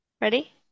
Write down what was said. Ready